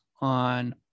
on